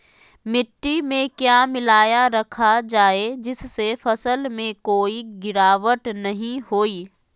मिट्टी में क्या मिलाया रखा जाए जिससे फसल में कोई गिरावट नहीं होई?